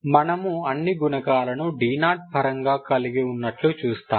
మనము అన్ని గుణకాలను d0 పరంగా కలిగి ఉన్నట్లు చూస్తాము